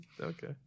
Okay